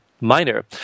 minor